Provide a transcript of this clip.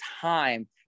time